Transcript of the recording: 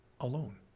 alone